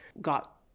got